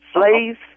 Slaves